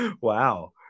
Wow